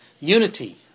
Unity